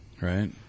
Right